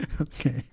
Okay